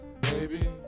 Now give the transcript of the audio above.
baby